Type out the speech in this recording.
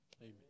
amen